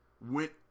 went